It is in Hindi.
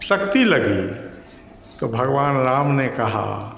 शक्ति लगी तो भगवान राम ने कहा